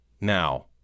Now